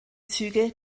züge